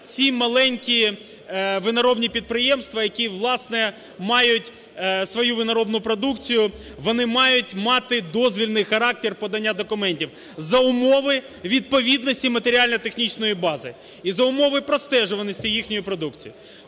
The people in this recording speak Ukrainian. ці маленькі виноробні підприємства, які, власне, мають свою виноробну продукцію, вони мають мати дозвільний характер подання документів за умови відповідності матеріально-технічної бази і за умови простежуваності їхньої продукції.